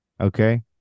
Okay